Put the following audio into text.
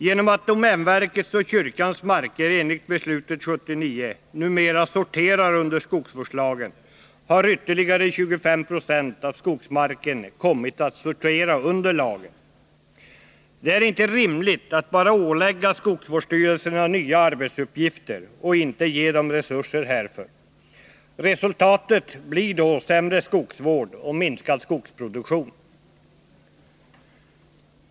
Genom att domänverkets och kyrkans marker enligt beslutet 1979 numera sorterar under skogsvårdslagen har ytterligare 25 96 av skogsmarken kommit att sortera under lagen. Det är inte rimligt att ålägga skogsvårdsstyrelserna nya arbetsuppgifter och inte ge dem resurser härför. Resultatet blir då sämre skogsvård och minskad skogsproduktion.